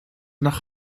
nach